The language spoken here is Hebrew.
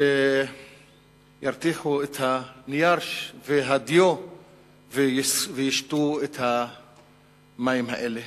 שירתיחו את הנייר והדיו וישתו את המים האלה